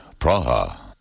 Praha